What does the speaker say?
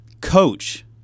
Coach